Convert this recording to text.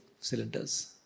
cylinders